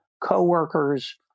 coworkers